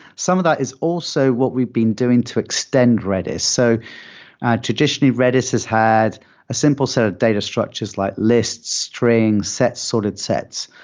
some of that is also what we've been doing to extend redis. so traditionally, redis has had a simple set of data structures like lists, strings, sorted sets.